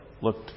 looked